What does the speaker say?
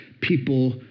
people